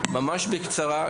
ממש בקצרה,